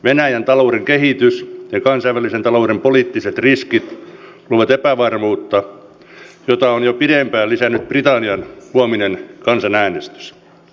venäjän talouden kehitys ja kansainvälisen talouden poliittiset riskit luovat epävarmuutta jota on jo pidempään lisännyt britannian huominen kansanäänestys